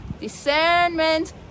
discernment